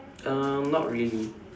uh not really